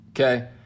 Okay